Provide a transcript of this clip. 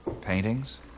Paintings